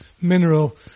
mineral